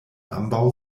ambaŭ